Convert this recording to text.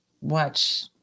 watch